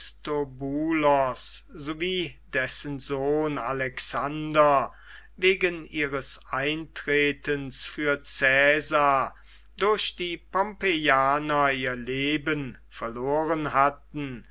dessen sohn alexander wegen ihres eintretens für caesar durch die pompeianer ihr leben verloren hatten